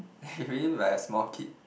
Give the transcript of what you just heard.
you really look like a small kid